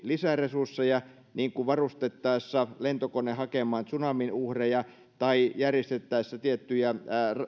lisäresursseja niin kuin varustettaessa lentokone hakemaan tsunamin uhreja tai järjestettäessä tiettyjä